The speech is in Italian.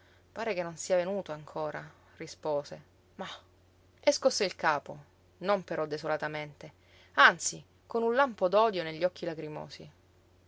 pare che non sia venuto ancora rispose mah e scosse il capo non però desolatamente anzi con un lampo d'odio negli occhi